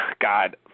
God